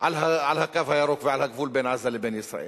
על "הקו הירוק" ועל הגבול בין עזה לבין ישראל.